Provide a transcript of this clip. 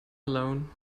alone